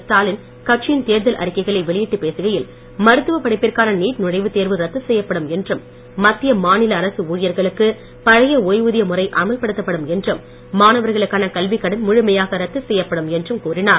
ஸ்டாலின் கட்சியின் தேர்தல் அறிக்கைளை வெளியிட்டு பேசுகையில் மருத்துவ படிப்பிற்கான நீட் நுழைவுத்தேர்வு ரத்து செய்யப்படும் என்றும் மத்திய மாநில அரசு ஊழியர்களுக்கு பழைய ஓய்வூதிய முறை அமல்படுத்தப்படும் என்றும் மாணவர்களுக்கான கல்விக்கடன் முழுமையாக ரத்து செய்யப்படும் என்றும் கூறினார்